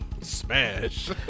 Smash